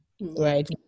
Right